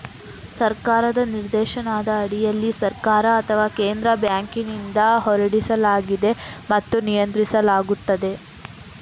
ಸರ್ಕಾರದ ನಿರ್ದೇಶನದ ಅಡಿಯಲ್ಲಿ ಸರ್ಕಾರ ಅಥವಾ ಕೇಂದ್ರ ಬ್ಯಾಂಕಿನಿಂದ ಹೊರಡಿಸಲಾಗಿದೆ ಮತ್ತು ನಿಯಂತ್ರಿಸಲಾಗುತ್ತದೆ